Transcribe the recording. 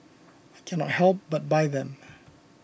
I can not help but buy them